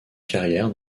carrière